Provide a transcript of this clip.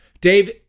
Dave